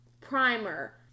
primer